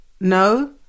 no